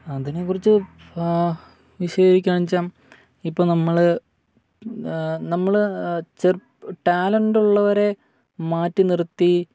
അതിനെക്കുറിച്ച് വിശദീകരിക്കുകയാണെന്ന് വെച്ചാല് ഇപ്പോള് നമ്മള് നമ്മള് ടാലൻറ് ഉള്ളവരെ മാറ്റിനിർത്തി